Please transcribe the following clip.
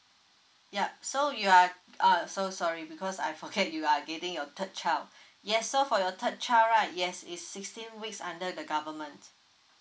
yup so you are uh so sorry because I forget you are getting your third child yes so for your third child right yes is sixteen weeks under the government